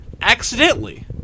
Accidentally